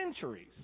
centuries